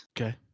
Okay